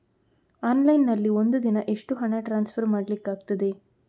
Online ನಲ್ಲಿ ಒಂದು ದಿನ ಎಷ್ಟು ಹಣ ಟ್ರಾನ್ಸ್ಫರ್ ಮಾಡ್ಲಿಕ್ಕಾಗ್ತದೆ?